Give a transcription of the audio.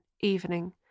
Evening